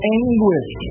anguish